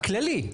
הכללי,